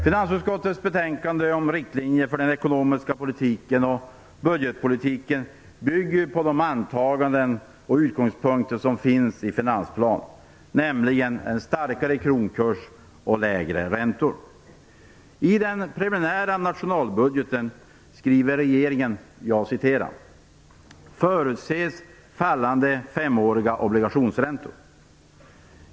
Finansutskottets betänkande om riktlinjer för den ekonomiska politiken och budgetpolitiken bygger på de antaganden och utgångspunkter som finns i finansplanen, nämligen en starkare kronkurs och lägre räntor. I den preliminära nationalbudgeten skriver regeringen att det förutses fallande femåriga obligationsräntor.